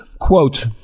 Quote